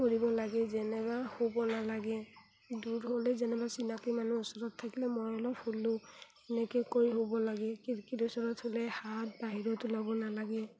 কৰিব লাগে যেনেবা হ'ব নালাগে দূৰত গ'লে যেনেবা চিনাকি মানুহ ওচৰত থাকিলে মই অলপ হ'লোঁ এনেকৈ কৰি শুব লাগে খিৰিকীৰ ওচৰত হ'লে হাত বাহিৰত ওল'ব নালাগে